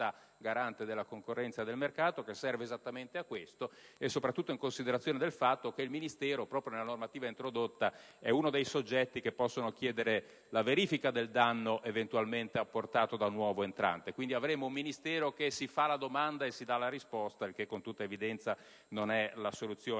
un'istituzione, l'Autorità garante della concorrenza e del mercato, che serve esattamente a questo, e soprattutto in considerazione del fatto che il Ministero, proprio nella normativa introdotta, è uno dei soggetti che può chiedere la verifica del danno eventualmente apportato dal nuovo entrante. Quindi, avremmo un Ministero che si fa la domanda e si dà la risposta, che, con tutta evidenza, non è la soluzione